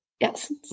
Yes